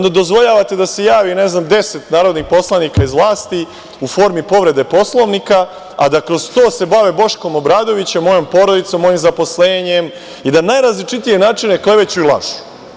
Dozvoljavate da se javi, ne znam, deset narodnih poslanika iz vlasti u formi povrede Poslovnika, a da kroz to se bave Boškom Obradovićem, mojom porodicom, mojim zaposlenjem i da na najrazličitije načine kleveću i lažu.